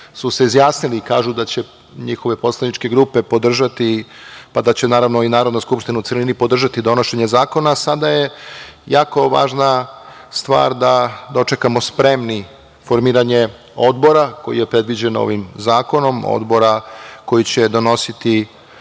su se izjasnili i kažu da će njihove poslaničke grupe podržati, pa da će naravno i Narodna skupština u celini podržati donošenje zakona, sada je jako važna stvar da dočekamo spremni formiranje odbora koji je predviđen ovim zakonom, odbora koji će donositi